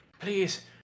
please